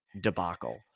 debacle